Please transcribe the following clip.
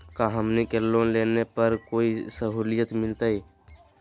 का हमनी के लोन लेने पर कोई साहुलियत मिलतइ?